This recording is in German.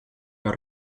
der